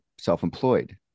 self-employed